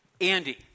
Andy